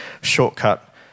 shortcut